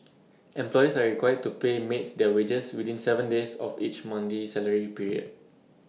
employers are required to pay maids their wages within Seven days of each monthly salary period